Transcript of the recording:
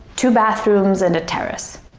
two bathrooms and a terrace